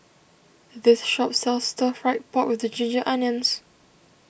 this shop sells Stir Fried Pork with Ginger Onions